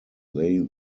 lay